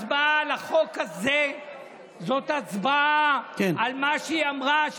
הצבעה על החוק הזה זאת הצבעה על מה שהיא אמרה,